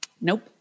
nope